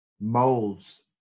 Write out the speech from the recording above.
molds